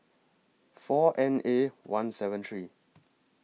four N A one seven three